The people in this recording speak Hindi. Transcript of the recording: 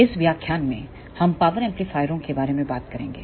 इस व्याख्यान में हम पावर एम्पलीफायरों के बारे में बात करेंगे